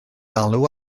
alw